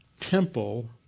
temple